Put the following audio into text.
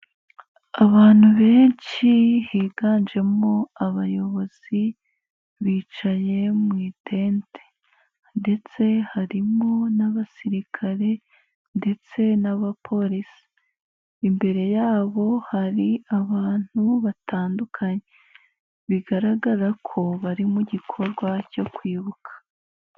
Abantu benshi higanjemo abayobozi bicaye mu itente ndetse harimo n'abasirikare ndetse n'abapolisi, imbere yabo hari abantu batandukanye, bigaragara ko bari mu gikorwa cyo kwibuka.